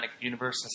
Universe